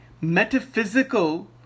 metaphysical